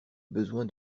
besoin